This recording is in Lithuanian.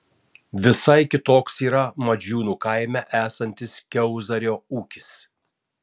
visai kitoks yra modžiūnų kaime esantis kiauzario ūkis